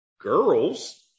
Girls